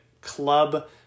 club